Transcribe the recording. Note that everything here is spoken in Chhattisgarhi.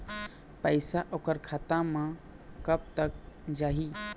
पैसा ओकर खाता म कब तक जाही?